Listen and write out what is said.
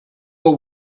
will